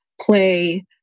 play